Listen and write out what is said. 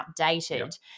updated